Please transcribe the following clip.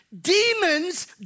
Demons